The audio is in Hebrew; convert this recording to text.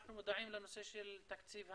אנחנו מודעים לנושא של תקציב המדינה,